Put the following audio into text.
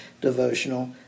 devotional